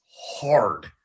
hard